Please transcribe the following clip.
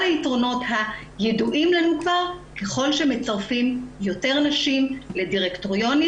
היתרונות הידועים לנו כבר ככל שמצרפים יותר נשים לדירקטוריונים